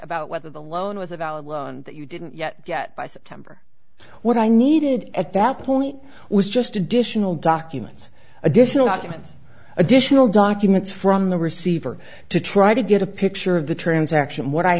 about whether the loan was a valid loan that you didn't yet get by september what i needed at that point was just additional documents additional documents additional documents from the receiver to try to get a picture of the transaction what i